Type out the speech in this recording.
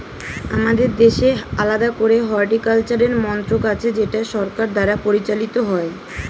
আমাদের দেশে আলাদা করে হর্টিকালচারের মন্ত্রক আছে যেটা সরকার দ্বারা পরিচালিত হয়